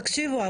תקשיבו,